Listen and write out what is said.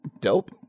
dope